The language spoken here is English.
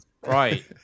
Right